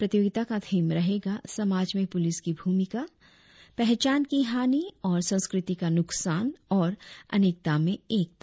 प्रतियोगिता का थीम रहेगा समाज में पुलिस की भूमिका पहचान की हानी और संस्कृति का नुकसान और अनेकता में एकता